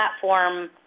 platform